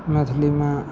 मैथिलीमे